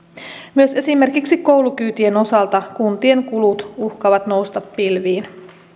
myös esimerkiksi koulukyytien osalta kuntien kulut uhkaavat nousta pilviin